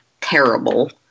terrible